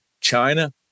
China